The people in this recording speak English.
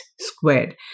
squared